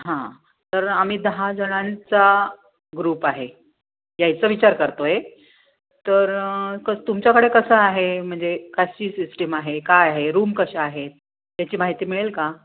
हां तर आम्ही दहाजणांचा ग्रुप आहे यायचा विचार करतो आहे तर कस् तुमच्याकडे कसं आहे म्हणजे कशी सिस्टीम आहे काय आहे रूम कशा आहेत त्याची माहिती मिळेल का